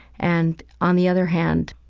and on the other hand,